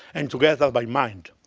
and together by mind.